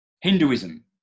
Hinduism